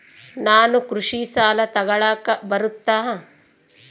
ನಾನು ಕೃಷಿ ಸಾಲ ತಗಳಕ ಬರುತ್ತಾ?